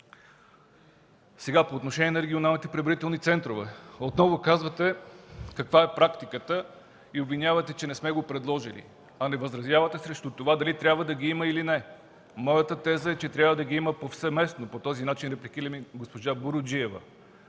По отношение на регионалните преброителни центрове. Отново казвате каква е практиката и обвинявате, че не сме го предложили, а не възразявате срещу това дали трябва да ги има или не. Моята теза е, че трябва да ги има повсеместно – по този начин репликирам и госпожа Буруджиева.